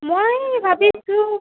মই ভাবিছোঁ